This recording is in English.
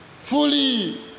fully